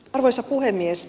arvoisa puhemies